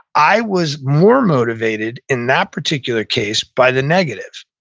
i was more motivated in that particular case by the negative.